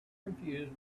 confused